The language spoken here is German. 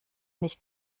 nicht